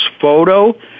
photo